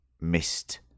missed